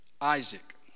Isaac